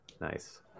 Nice